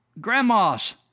grandmas